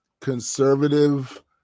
conservative